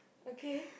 okay